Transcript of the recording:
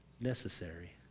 necessary